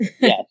Yes